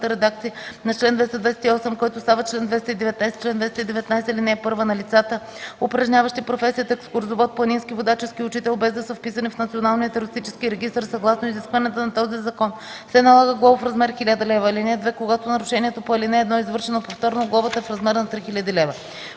следната редакция на чл. 228, който става чл. 219: „Чл. 219. (1) На лицата, упражняващи професията „екскурзовод”, „планински водач” и „ски учител”, без да са вписани в Националния туристически регистър съгласно изискванията на този закон, се налага глоба в размер 1000 лв. (2) Когато нарушението по ал. 1 е извършено повторно, глобата е в размер 3000 лв.”